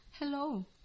Hello